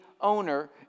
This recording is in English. owner